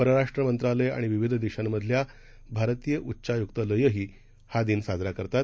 परराष्ट् मंत्रालय आणि विविध देशांमधली भारतीय उच्चाय्क्तालयंही हा दिन साजरा करतात